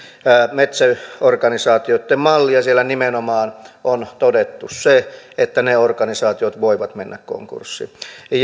metsäorganisaatioitten malli ja siellä nimenomaan on todettu se että ne organisaatiot voivat mennä konkurssiin